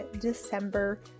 december